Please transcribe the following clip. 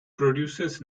produces